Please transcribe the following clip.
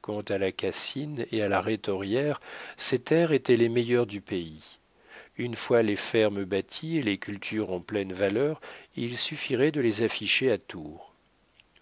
quant à la cassine et à la rhétorière ces terres étaient les meilleures du pays une fois les fermes bâties et les cultures en pleine valeur il suffirait de les afficher à tours